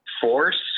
force